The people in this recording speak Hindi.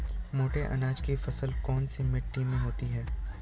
मोटे अनाज की फसल कौन सी मिट्टी में होती है?